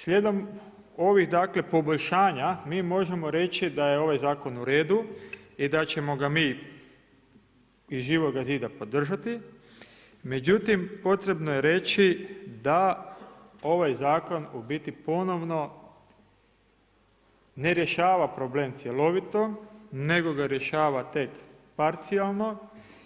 Slijedom ovih poboljšanja mi možemo reći da je ovaj zakon uredu i da ćemo ga mi iz Živoga zida podržati, međutim potrebno je reći da ovaj zakon u biti ponovno ne rješava problem cjelovito, nego ga rješava tek parcijalno